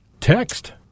text